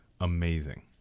Amazing